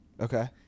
Okay